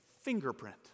fingerprint